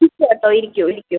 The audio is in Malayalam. ഇരിക്ക് കേട്ടോ ഇരിക്കൂ ഇരിക്കൂ